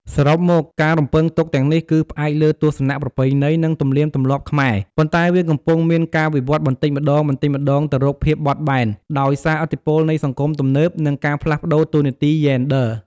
សរុបមក ការរំពឹងទុកទាំងនេះគឺផ្អែកលើទស្សនៈប្រពៃណី និងទំនៀមទម្លាប់ខ្មែរ ប៉ុន្តែវាកំពុងមានការវិវត្តបន្តិចម្តងៗទៅរកភាពបត់បែន ដោយសារឥទ្ធិពលនៃសង្គមទំនើប និងការផ្លាស់ប្តូរតួនាទីយេនឌ័រ។